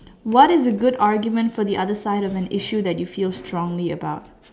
what is a good argument for the other side of the issue that you feel strongly about